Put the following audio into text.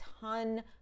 ton